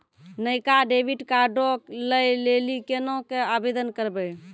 नयका डेबिट कार्डो लै लेली केना के आवेदन करबै?